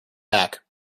back